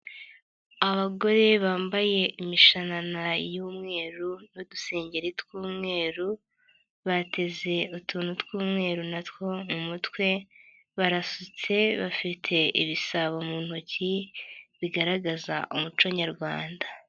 Abagore bambaye imishanana y'umweru n'udusengeri tw'umweru bateze utuntu tw'umweru na two mu mutwe barasutse bafite ibisabo mu ntoki bigaragaza umuco nyarwanda.